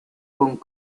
con